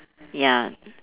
ya